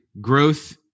growth